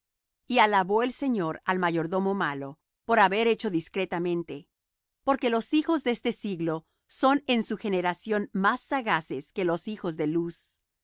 y alabó el señor al mayordomo malo por haber hecho discretamente porque los hijos de este siglo son en su generación más sagaces que los hijos de luz